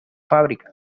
fábricas